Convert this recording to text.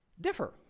differ